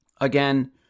Again